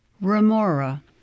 Remora